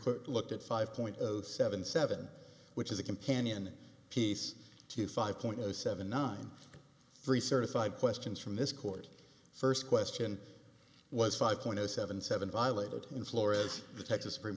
court looked at five point seven seven which is a companion piece to five point seven nine three certified questions from this court first question was five point zero seven seven violated in florida the texas supreme